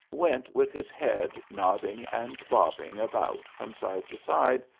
went with his head nodding and bobbing about from side to side,